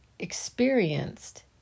experienced